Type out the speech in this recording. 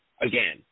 again